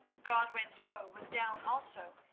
godwin's foe was down also,